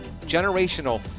generational